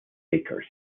acres